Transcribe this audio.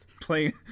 Playing